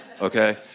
Okay